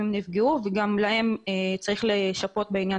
הם נפגעו וגם אותם צריך לשפות בעניין